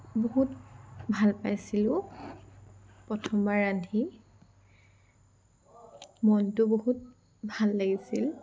বহুত ভাল পাইছিলো প্ৰথমবাৰ ৰান্ধি মনটো বহুত ভাল লাগিছিল